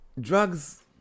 Drugs